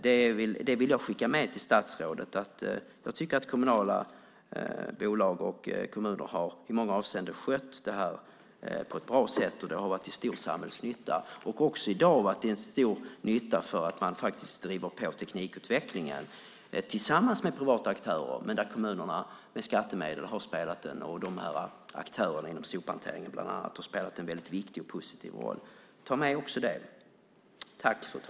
Jag vill skicka med till statsrådet att jag tycker att kommunala bolag och kommuner i många avseenden har skött detta på ett bra sätt och att det har varit till stor samhällsnytta. Det är också till stor nytta för att man faktiskt driver på teknikutvecklingen tillsammans med privata aktörer, men där kommunerna med skattemedel och aktörerna inom sophanteringen bland annat har spelat en väldigt viktig och positiv roll. Ta med också det.